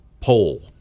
pole